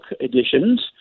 editions